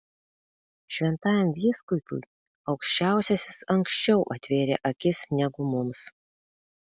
šventajam vyskupui aukščiausiasis anksčiau atvėrė akis negu mums